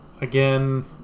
again